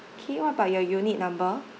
okay what about your unit number